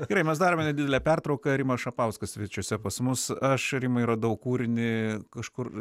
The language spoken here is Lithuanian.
gerai mes darome nedidelę pertrauką rimas šapauskas svečiuose pas mus aš rimui radau kūrinį kažkur